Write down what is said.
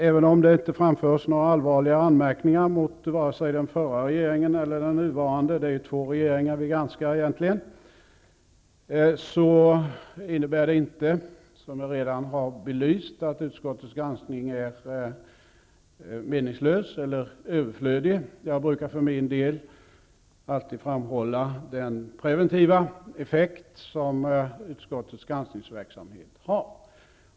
Även om det inte framförs några allvarliga anmärkningar mot vare sig den förra eller den nuvarande regeringen -- det är egentligen två regeringar som vi granskar -- innebär det inte, som jag redan belyst, att utskottets granskning är meningslös eller överflödig. Jag brukar för min del alltid framhålla den preventiva effekt som utskottets granskningsverksamhet har.